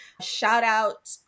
Shout-out